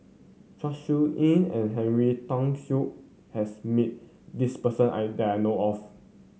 Chong Siew Ying and Henry Tan Yoke has meet this person I that I know of